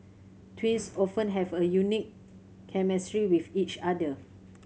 twins often have a unique chemistry with each other